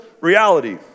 reality